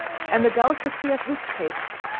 and the delicacy of his taste,